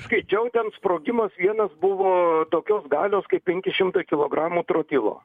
skaičiau ten sprogimas vienas buvo tokios galios kaip penki šimtai kilogramų trotilo